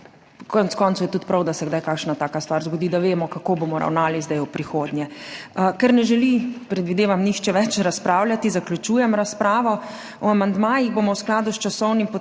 koncev je tudi prav, da se kdaj kakšna taka stvar zgodi, da vemo, kako bomo ravnali v prihodnje. Ker ne želi – predvidevam - nihče več razpravljati, zaključujem razpravo. O amandmajih bomo v skladu s časovnim potekom